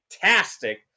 fantastic